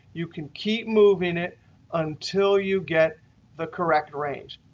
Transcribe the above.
you can keep moving it until you get the correct range.